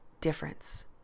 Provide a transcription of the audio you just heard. difference